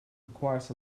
requires